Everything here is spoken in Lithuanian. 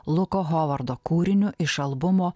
luko hovardo kūriniu iš albumo